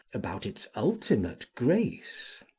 about its ultimate grace.